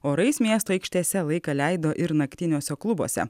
orais miesto aikštėse laiką leido ir naktiniuose klubuose